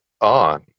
on